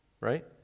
Right